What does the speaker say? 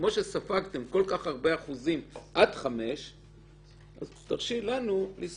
כמו שספגתם כל כך הרבה אחוזים עד 5 אז תרשי לנו לספוג